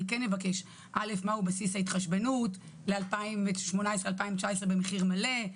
כן אבקש לדעת מה בסיס ההתחשבנות ל-2019-2018 במחיר מלא.